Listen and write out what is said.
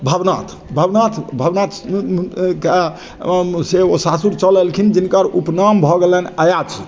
भवनाथ भवनाथ भवनाथ से ओ सासुर चलि एलखिन जिनकर उपनाम भऽ गेलनि अयाची